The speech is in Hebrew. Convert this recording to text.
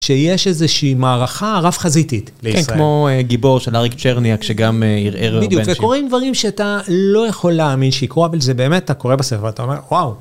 שיש איזושהי מערכה רב-חזיתית, כן, כמו גיבור של אריק צ'רניאק, שגם ערער הרבה נשים. בדיוק, וקוראים דברים שאתה לא יכול להאמין שיקרו אבל זה באמת, אתה קורא בספר ואתה אומר, וואו.